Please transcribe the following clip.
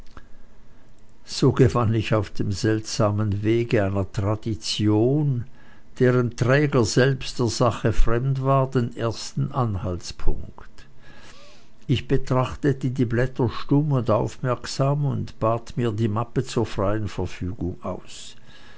so gewann ich auf dem seltsamen wege einer tradition deren träger selbst der sache fremd war den ersten anhaltspunkt ich betrachtete die blätter stumm und aufmerksam und bat mir die mappe zur freien verfügung aus